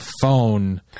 phone